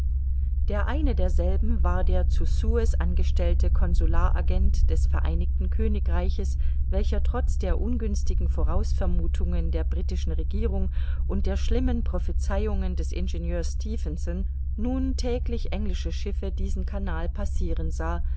der eine derselben war der zu suez angestellte consularagent des vereinigten königreiches welcher trotz der ungünstigen vorausvermuthungen der britischen regierung und der schlimmen prophezeihungen des ingenieurs stephenson nun täglich englische schiffe diesen canal passiren sah